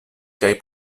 kaj